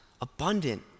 abundant